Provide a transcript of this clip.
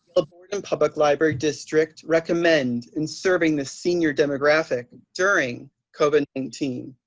ah borden public library district recommend in serving the senior demographic during covid nineteen.